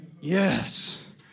yes